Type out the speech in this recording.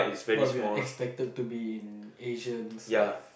what we are expected to be in Asians life